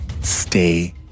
stay